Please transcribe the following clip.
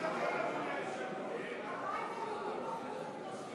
הבית היהודי בחוץ,